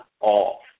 off